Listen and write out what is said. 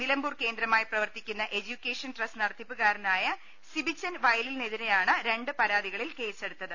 നിലമ്പൂർ കേന്ദ്രമായി പ്രവർത്തിക്കുന്ന education trust നടത്തിപ്പു കാരനായ സിബിച്ചൻ വയലിലിനെതിരെയാണ് രണ്ട് പരാതികളിൽ കേസെടുത്തത്